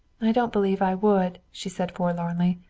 i don't believe i would, she said forlornly.